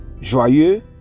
Joyeux